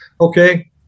Okay